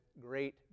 great